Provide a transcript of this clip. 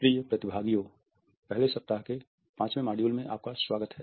प्रिय प्रतिभागियों पहले सप्ताह के 5 वें मॉड्यूल में आपका स्वागत है